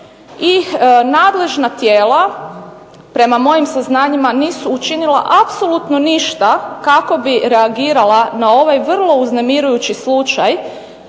i nadležna tijela prema mojim saznanjima nisu učinila apsolutno ništa kako bi reagirala na ovaj vrlo uznemirujući slučaj